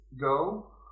go